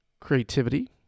creativity